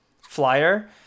flyer